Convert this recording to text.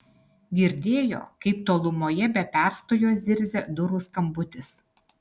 girdėjo kaip tolumoje be perstojo zirzia durų skambutis